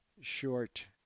short